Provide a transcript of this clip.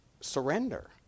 surrender